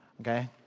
okay